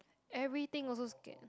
everything also scared